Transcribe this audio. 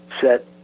set